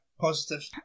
positive